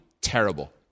terrible